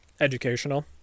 educational